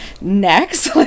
next